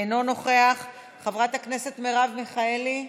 אינו נוכח, חברת הכנסת מרב מיכאלי,